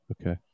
Okay